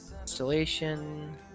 installation